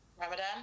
Ramadan